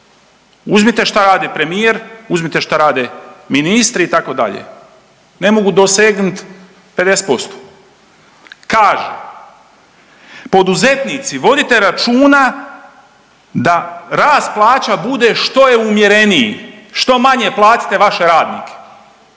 uzmite šta radi premijer, uzmite šta rade ministri, itd. Ne mogu dosegnuti 50%. Kaže, poduzetnici, vodite računa da rast plaća bude što umjereniji, što manje platite vaše radnike,